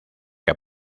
que